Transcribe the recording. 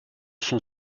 son